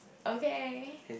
okay